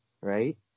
right